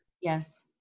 yes